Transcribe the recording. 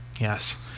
Yes